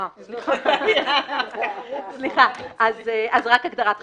סליחה, אני מצטערת, אז רק הגדרת חברה.